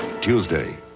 Tuesday